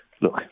Look